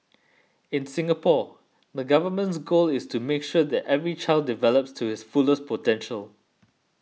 in Singapore the Government's goal is to make sure that every child develops to his fullest potential